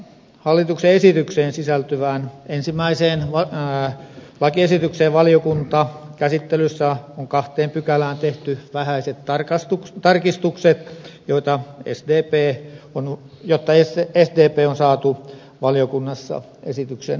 hallituksen esitykseen sisältyvään lakiesitykseen on valiokuntakäsittelyssä tehty kahteen pykälään vähäiset tarkistukset jotta sdp on valiokunnassa saatu esityksen taakse